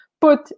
put